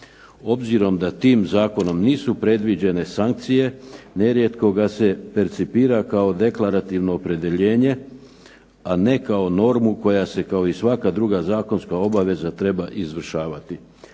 Obzirom da tim Zakonom nisu predviđene sankcije, nerijetko ga se participira kao deklarativno opredjeljenje, a ne kao normu koja se kao svaka druga zakonska obaveza treba izvršavati.